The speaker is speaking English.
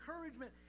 encouragement